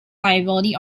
liability